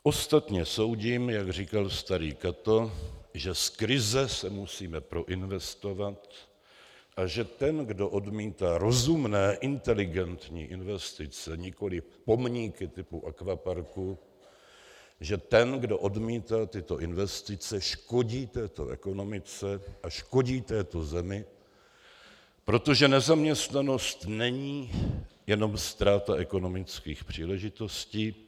Ostatně soudím, jak říkal starý Cato, že z krize se musíme proinvestovat a že ten, kdo odmítá rozumné inteligentní investice, nikoliv pomníky typu akvaparků, že ten, kdo odmítá tyto investice, škodí této ekonomice a škodí této zemi, protože nezaměstnanost není jenom ztráta ekonomických příležitostí.